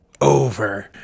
Over